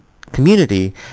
community